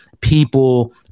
people